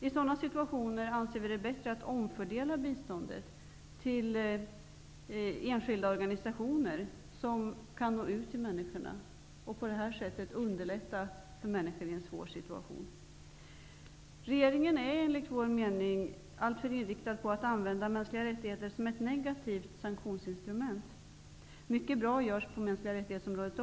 I sådana situationer anser vi att det är bättre att omfördela biståndet till enskilda organisationer som kan nå ut till människorna och därigenom underlätta för människor i en svår situation. Regeringen är enligt vår mening alltför inriktad på att använda mänskliga rättigheter som ett negativt sanktionsinstrument. Mycket bra görs också på MR-området.